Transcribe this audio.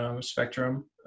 spectrum